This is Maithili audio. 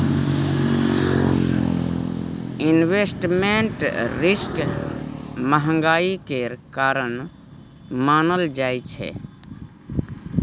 इंवेस्टमेंट रिस्क महंगाई केर कारण मानल जाइ छै